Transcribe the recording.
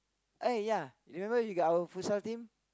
uh ya remember you got our futsal team